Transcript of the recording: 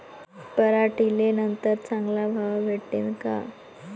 पराटीले नंतर चांगला भाव भेटीन का?